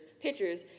pictures